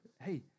hey